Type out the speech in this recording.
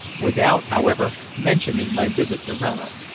without, however, mentioning my visit to rannoch.